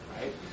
right